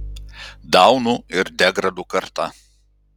daunų ir degradų karta